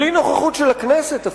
בלי נוכחות של הכנסת אפילו,